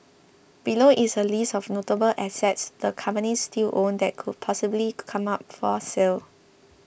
below is a list of notable assets the companies still own that could possibly come up for sale